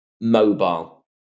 Mobile